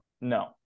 no